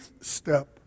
step